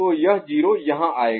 तो यह 0 यहाँ आएगा